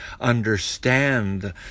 understand